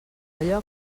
allò